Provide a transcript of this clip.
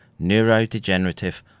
neurodegenerative